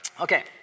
Okay